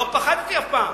לא פחדתי אף פעם.